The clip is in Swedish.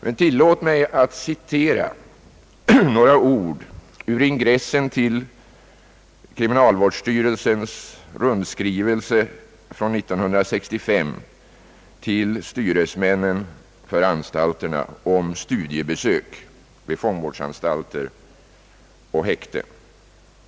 Men tillåt mig citera några ord ur ingressen till kriminalvårdsstyrelsens rundskrivelse från 1963 till styresmännen för anstalterna om studiebesök vid fångvårdsanstalter och häkten.